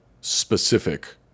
specific